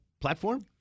platform